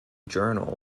journal